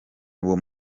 uwo